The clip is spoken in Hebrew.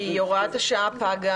מיקי חיימוביץ' (יו"ר ועדת הפנים והגנת הסביבה): כי הוראת השעה פגה